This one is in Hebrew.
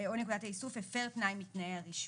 הפר תנאי מתנאי הרישום.